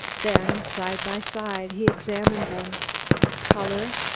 then, side by side, he examined them color,